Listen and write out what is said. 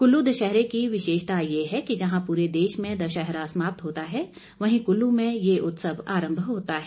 कुल्लू दशहरे की विशेषता यह है कि जहाँ पूरे देश में दशहरा समाप्त होता है वहीं कुल्लू में यह उत्सव आरम्भ होता है